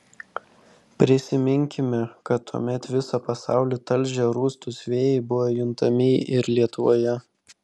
prisiminkime kad tuomet visą pasaulį talžę rūstūs vėjai buvo juntami ir lietuvoje